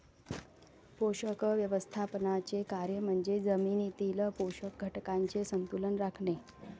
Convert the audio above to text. पोषक व्यवस्थापनाचे कार्य म्हणजे जमिनीतील पोषक घटकांचे संतुलन राखणे